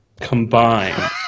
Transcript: combine